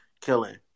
killing